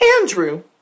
Andrew